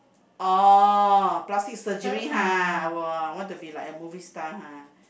orh plastic surgery ha !wah! want to be like a movie star ha